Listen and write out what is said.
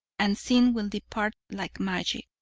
and sin will depart like magic.